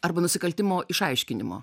arba nusikaltimo išaiškinimo